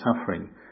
suffering